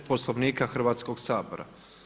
Poslovnika Hrvatskoga sabora.